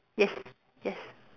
yes yes